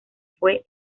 fue